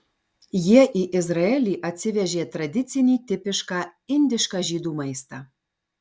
jie į izraelį atsivežė tradicinį tipišką indišką žydų maistą